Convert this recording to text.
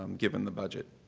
um given the budget.